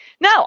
No